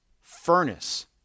furnace